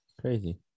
Crazy